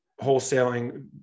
wholesaling